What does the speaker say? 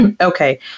okay